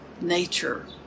nature